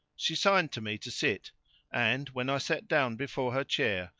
she signed to me to sit and, when i sat down before her chair,